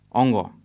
ongo